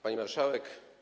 Pani Marszałek!